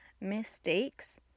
mistakes